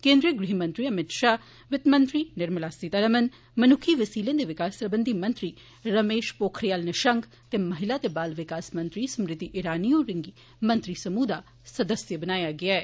केन्दीय गृह मंत्री अमित शाह वित मंत्री निर्मला सीतारमण मनुक्खी वसीलें दे विकास सरबंधी मंत्री रमेश पोखरियाल निशंक ते महिला ते बाल विकास मंत्री स्मृति ईरानी होरेंगी मंत्री समुह दा सदस्य बनाया गेआ ऐ